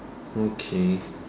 okay